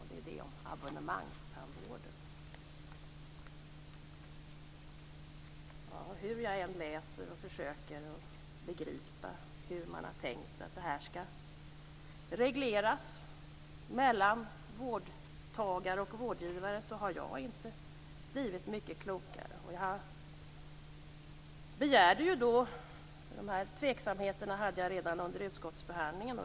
Det handlar om abonnemangstandvården. Hur jag än läser och försöker begripa hur man har tänkt att regleringen mellan vårdtagare och vårdgivare skall ske, har jag inte blivit mycket klokare. De här tveksamheterna hade jag redan under utskottsbehandlingen.